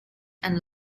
and